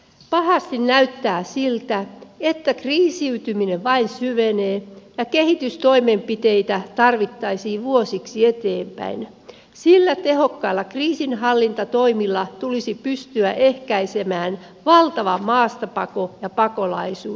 pahasti näyttää siltä että kriisiytyminen vain syvenee ja kehitystoimenpiteitä tarvittaisiin vuosiksi eteenpäin sillä tehokkailla kriisinhallintatoimilla tulisi pystyä ehkäisemään valtava maastapako ja pakolaisuus